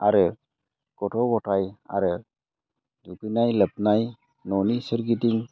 आरो गथ' गथाय आरो दुगैनाय लोबनाय न'नि सोरगिदिं